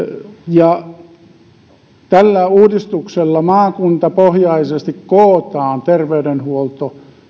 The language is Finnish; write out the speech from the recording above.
ja päätösvallassa ja tällä uudistuksella maakuntapohjaisesti kootaan terveydenhuolto